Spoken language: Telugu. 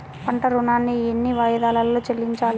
పంట ఋణాన్ని ఎన్ని వాయిదాలలో చెల్లించాలి?